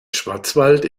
schwarzwald